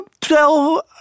tell